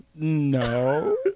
No